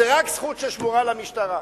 זאת זכות ששמורה רק למשטרה.